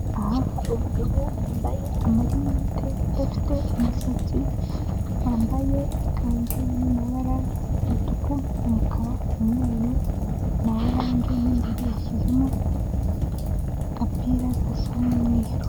Aha hari umugabo wambaye amarinete udafite umusatsi wambaye ikanzu iri mumabara umutuku, umukara, umweru na orange mo imbere yashyizemo agapira gasa n'umweru.